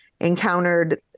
encountered